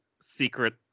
Secret